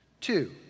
Two